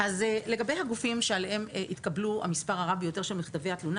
לגבי הגופים שעליהם התקבלו המספר הרב ביותר של מכתבי התלונה